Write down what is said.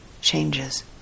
changes